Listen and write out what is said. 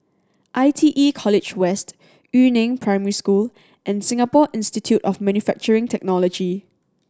I T E College West Yu Neng Primary School and Singapore Institute of Manufacturing Technology